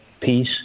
peace